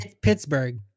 Pittsburgh